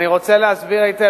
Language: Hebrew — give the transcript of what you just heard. אני רוצה להסביר היטב.